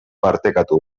partekatu